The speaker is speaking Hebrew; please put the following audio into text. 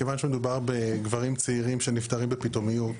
כיוון שמדובר בגברים צעירים שנפטרים בפתאומיות,